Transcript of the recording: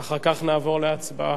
ואחר כך נעבור להצבעה.